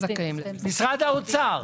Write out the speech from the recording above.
משרד האוצר,